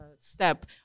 step